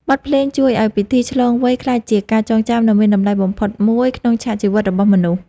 បទភ្លេងជួយឱ្យពិធីឆ្លងវ័យក្លាយជាការចងចាំដ៏មានតម្លៃបំផុតមួយក្នុងឆាកជីវិតរបស់មនុស្ស។